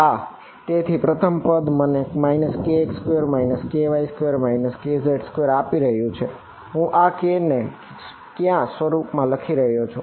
હા તેથી પ્રથમ પદ મને kx2 ky2 kz2 આપી રહ્યું છે હું આ k ને ક્યાં સ્વરૂપે લખી રહ્યો છું